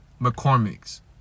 McCormick's